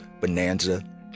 Bonanza